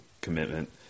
commitment